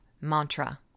mantra